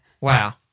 Wow